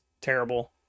terrible